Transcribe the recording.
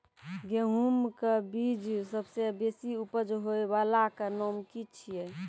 गेहूँमक बीज सबसे बेसी उपज होय वालाक नाम की छियै?